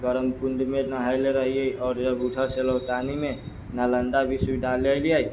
गरम कुण्ड मे नहयले रहियै आओर जब उधर से लौटानी मे नालन्दा विश्वविद्यालय एलियै